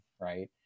right